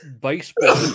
baseball